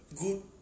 good